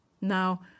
Now